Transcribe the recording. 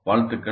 வாழ்த்துக்கள்